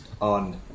on